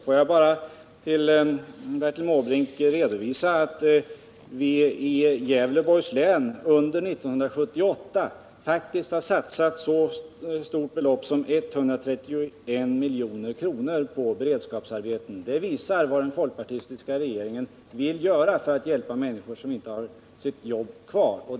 Låt mig bara för Bertil Måbrink redovisa att vi i Gävleborgs län under 1978 faktiskt satsat så mycket som 131 milj.kr. på beredskapsarbeten. Det visar vad regeringen vill göra för att hjälpa människor som inte har sitt jobb kvar.